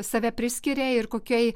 save priskiria ir kokiai